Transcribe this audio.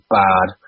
bad